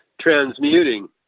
transmuting